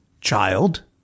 child